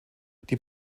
die